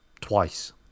twice